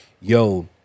yo